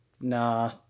Nah